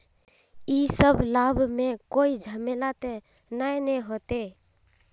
इ सब लाभ में कोई झमेला ते नय ने होते?